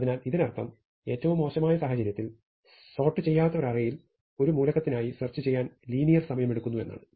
അതിനാൽ ഇതിനർത്ഥം ഏറ്റവും മോശമായ സാഹചര്യത്തിൽ സോർട് ചെയ്യാത്ത ഒരു അറേയിൽ ഒരു മൂലകത്തിനായി സെർച്ച് ചെയ്യാൻ ലീനിയർ സമയം എടുക്കുന്നു എന്നാണ്